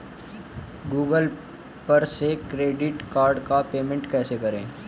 Google पर से credit card का पेमेंट कैसे करें?